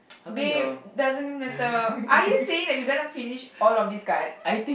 babe doesn't even matter are you saying that we gonna finish all of these cards